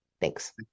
Thanks